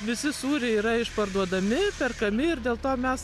visi sūriai yra išparduodami perkami ir dėl to mes